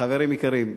חברים יקרים,